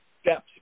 steps